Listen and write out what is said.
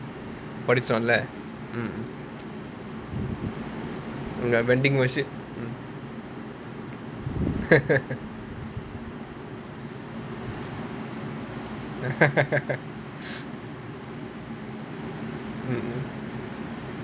mm mm oh ya vending machine mm mm